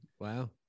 Wow